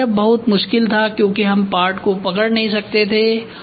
पहले यह बहुत मुश्किल था क्योंकि हम पार्ट को पकड़ नहीं सकते थे